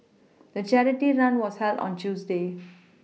the charity run was held on Tuesday